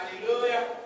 Hallelujah